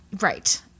Right